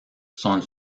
son